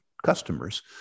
customers